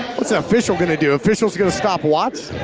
what's an official going to do? official's gonna stop watts?